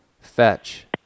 fetch